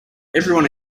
everyone